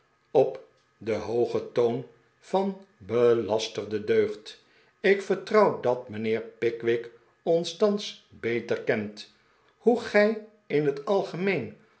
op den hoogen toon van belasterde deugd ik vertrouw dat mijnheer pickwick ons thans beter kent hoe gij in het algemeen